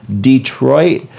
Detroit